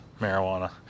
marijuana